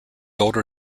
older